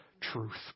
truth